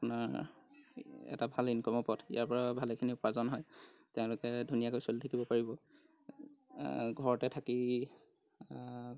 আপোনাৰ এটা ভাল ইনকামৰ পথ ইয়াৰ পৰা ভালেইখিনি উপাৰ্জন হয় তেওঁলোকে ধুনীয়াকৈ চলি থাকিব পাৰিব ঘৰতে থাকি